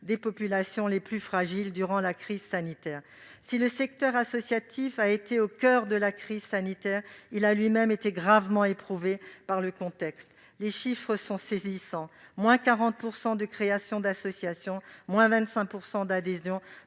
des populations les plus fragiles durant la crise sanitaire. Si le secteur associatif a été au coeur de la crise sanitaire, il a lui-même été gravement éprouvé par son contexte. Les chiffres sont saisissants :-40 % de création d'association et-25 % d'adhésions